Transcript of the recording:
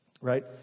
right